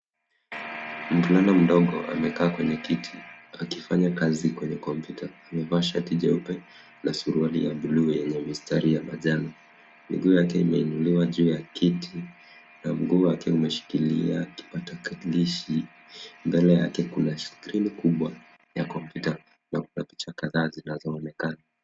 Mvulana mdogo amekaa kwenye kiti akifanya kazi kwenye kompyuta. Amevaa shati jeupe na suruali ya bluu yenye mistari ya manjano. Miguu yake imeinuliwa juu ya kiti na mguu wake umeshikilia kipakatalishi. Mbele yake kuna skrini kubwa ya kompyuta na kuna picha kadhaa zinazoonekana.